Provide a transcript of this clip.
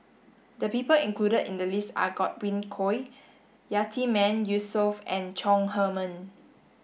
the people included in the list are Godwin Koay Yatiman Yusof and Chong Heman